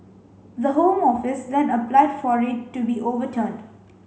the Home Office then applied for it to be overturned